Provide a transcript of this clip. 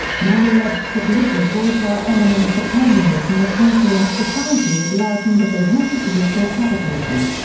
mao alleged that liberal bourgeois elements were permeating the party and society at large and that they wanted to restore capitalism.